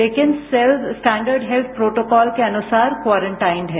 लेकिन self standard health protocol के अनुसार क्वारंटाइन है